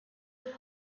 l’ai